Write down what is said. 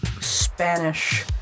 Spanish